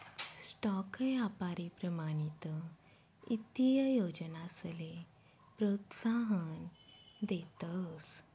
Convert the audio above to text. stock यापारी प्रमाणित ईत्तीय योजनासले प्रोत्साहन देतस